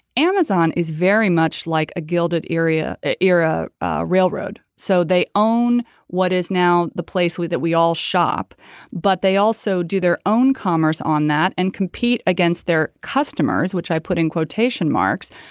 amazon is very much like a gilded area era railroad. so they own what is now the place with it we all shop but they also do their own commerce on that and compete against their customers which i put in quotation marks.